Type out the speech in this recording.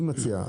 אני מציע,